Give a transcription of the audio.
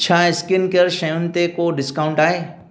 छा skin care शयुनि ते को डिस्काउंट आहे